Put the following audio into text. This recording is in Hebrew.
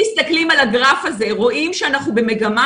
אם מסתכלים על הגרף הזה רואים שאנחנו במגמה